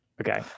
Okay